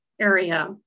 area